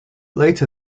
later